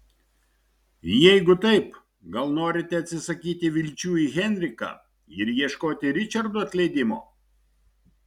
jeigu taip gal norite atsisakyti vilčių į henriką ir ieškoti ričardo atleidimo